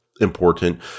important